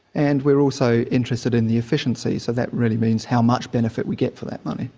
and we're also interested in the efficiency, so that really means how much benefit we get for that money.